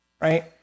right